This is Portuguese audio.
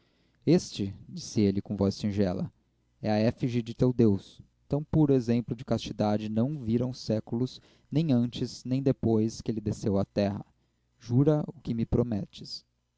pescoço este disse ele com voz singela é a efígie do teu deus tão puro exemplo de castidade não viram os séculos nem antes nem depois que ele desceu à terra jura o que me prometes